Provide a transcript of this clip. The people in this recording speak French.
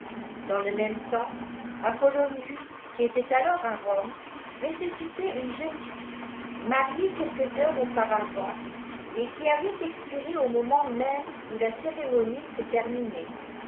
dans le même temps apollonius qui était alors à rome ressuscitait une jeune fille mariée quelques heures auparavant et qui avait expiré au menant même où la cérémonie se terminait